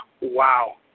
wow